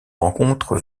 rencontre